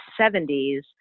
70s